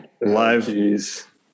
live